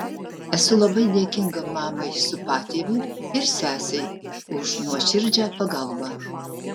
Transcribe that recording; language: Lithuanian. esu labai dėkinga mamai su patėviu ir sesei už nuoširdžią pagalbą